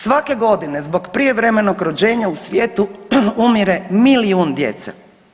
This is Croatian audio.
Svake godine zbog prijevremenog rođenja u svijetu umire milijun djece.